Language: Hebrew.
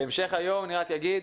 אני רק אגיד,